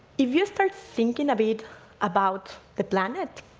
if you start thinking a bit about the planet,